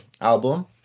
album